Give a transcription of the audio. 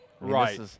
Right